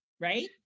right